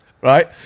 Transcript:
right